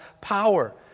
power